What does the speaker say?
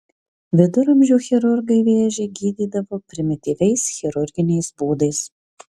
viduramžių chirurgai vėžį gydydavo primityviais chirurginiais būdais